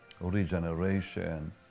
regeneration